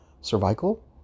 cervical